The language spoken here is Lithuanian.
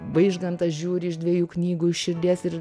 vaižgantas žiūri iš dviejų knygų iš širdies ir